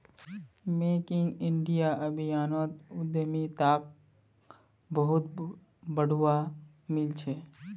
make in India अभियानोत उद्यमिताक बहुत बढ़ावा मिल छ